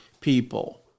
people